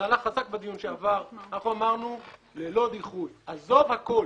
יצרנו ללא ספק נזק ודאי ומוחשי שאין שאלה לגביו לאלפי